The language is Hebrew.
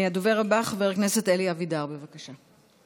הדובר הבא, חבר הכנסת אלי אבידר, בבקשה.